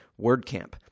WordCamp